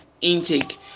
intake